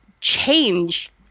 change